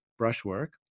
brushwork